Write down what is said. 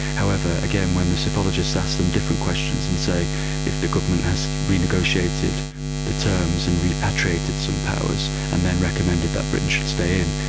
however, again, when the psephologists asked them different questions and say if the government has renegotiated the terms and repatriated some powers and then recommended that britain should stay in,